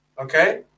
Okay